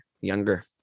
younger